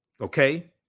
Okay